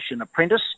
apprentice